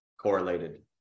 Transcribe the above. correlated